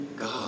God